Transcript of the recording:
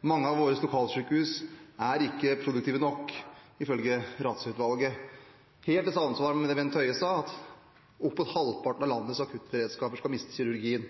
mange av våre lokalsykehus ikke produktive nok, ifølge Rattsø-utvalget. Dette er helt i samsvar med det Bent Høie har sagt, at opp mot halvparten av landets akuttberedskaper skal miste kirurgien.